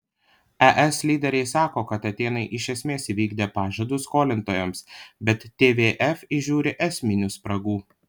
es lyderiai sako kad atėnai iš esmės įvykdė pažadus skolintojams bet tvf įžiūri esminių spragų